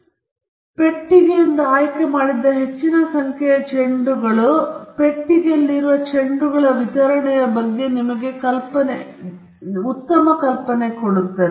ನೀವು ಪೆಟ್ಟಿಗೆಯಿಂದ ಆಯ್ಕೆ ಮಾಡಿದ ಹೆಚ್ಚಿನ ಸಂಖ್ಯೆಯ ಚೆಂಡುಗಳು ಪೆಟ್ಟಿಗೆಯಲ್ಲಿ ಚೆಂಡುಗಳ ವಿತರಣೆಯ ಬಗ್ಗೆ ನಿಮಗೆ ಉತ್ತಮ ಕಲ್ಪನೆ ಇರುತ್ತದೆ